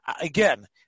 again